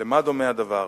למה דומה הדבר?